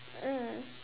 mm